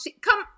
Come